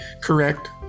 correct